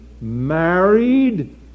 married